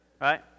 Right